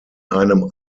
einem